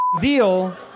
deal